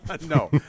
No